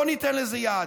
לא ניתן לזה יד.